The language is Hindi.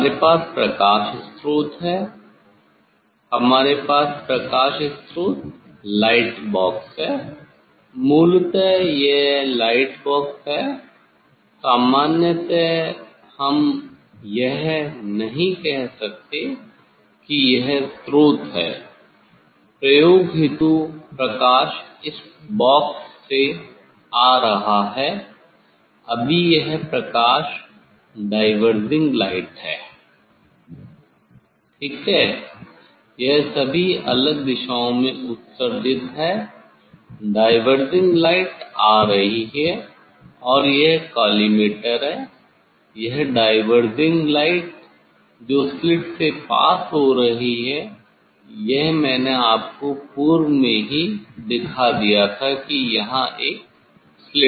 हमारे पास प्रकाश स्रोत है हमारे पास प्रकाश स्रोत लाइट बॉक्स है मूलत यह लाइट बॉक्स है सामान्यतः हम यह नहीं कहते की यह स्रोत है प्रयोग हेतु यह प्रकाश इस बॉक्स से आ रहा है अभी यह प्रकाश डायवर्जिंग लाइट है ठीक है यह सभी अलग दिशाओं में उत्सर्जित है डायवर्जिंग लाइट आ रही है और यह कॉलीमेटर है यह डायवर्जिंग लाइट है जो स्लिट से पास हो रही है यहां मैंने आपको पूर्व में ही दिखा दिया था कि यहां एक स्लिट है